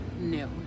No